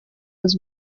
was